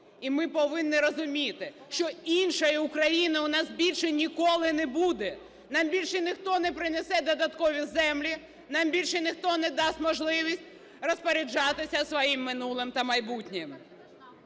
І ми повинні розуміти, що іншої України у нас більше ніколи не буде. Нам більше ніхто не принесе додаткові землі, нам більше ніхто не дасть можливість розпоряджатися своїм минулим та майбутнім.